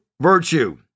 virtue